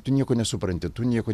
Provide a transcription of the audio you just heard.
tu nieko nesupranti tu nieko